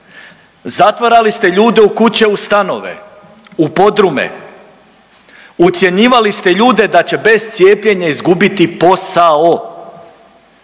Zatvarali ste ljude u kuće, u stanove, u podrume, ucjenjivali ste ljude da će bez cijepljenja izgubiti posao.